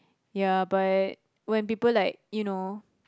ya but when people like you know